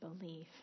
belief